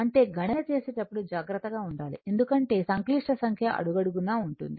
అంటే గణన చేసేటప్పుడు జాగ్రత్తగా ఉండాలి ఎందుకంటే సంక్లిష్ట సంఖ్య అడుగడుగునా ఉంటుంది